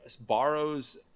borrows